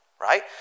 right